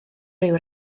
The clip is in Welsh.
ryw